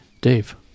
Dave